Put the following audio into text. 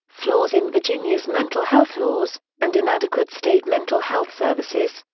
flaws in virginia's mental health laws, and inadequate state mental health services,